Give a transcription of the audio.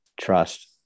trust